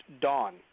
Dawn